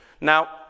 Now